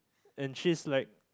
and she is like